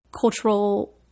cultural